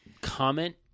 comment